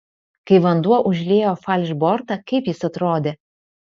kai vanduo užliejo falšbortą kaip jis atrodė